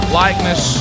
likeness